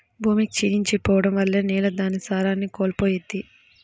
భూమి క్షీణించి పోడం వల్ల నేల దాని సారాన్ని కోల్పోయిద్ది